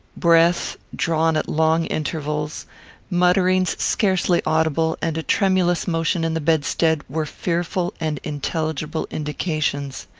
breath, drawn at long intervals mutterings scarcely audible and a tremulous motion in the bedstead, were fearful and intelligible indications.